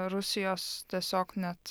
rusijos tiesiog net